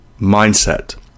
mindset